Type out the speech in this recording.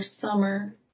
summer